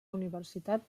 universitat